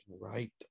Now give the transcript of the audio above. right